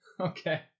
Okay